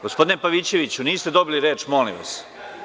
Gospodine Pavićeviću, niste dobili reč, molim vas.